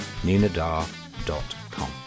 ninadar.com